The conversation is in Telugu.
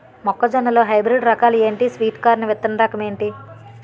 మొక్క జొన్న లో హైబ్రిడ్ రకాలు ఎంటి? స్వీట్ కార్న్ విత్తన రకం ఏంటి?